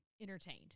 entertained